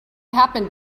happened